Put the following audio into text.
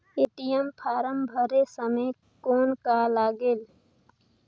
ATM form भरे समय कौन का लगेल?